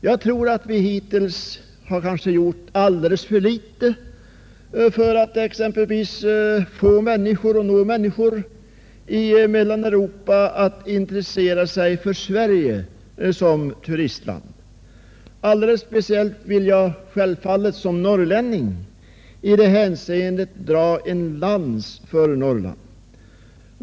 Jag tror att vi hittills gjort alldeles för litet för att få människor i Mellaneuropa att intressera sig för Sverige som turistland. Alldeles speciellt vill jag som norrlänning dra en lans för Norrland.